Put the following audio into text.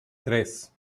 tres